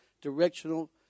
directional